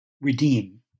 redeem